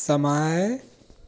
समय